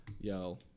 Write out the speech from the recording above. Yo